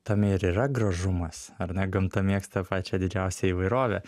tame ir yra gražumas ar ne gamta mėgsta pačią didžiausią įvairovę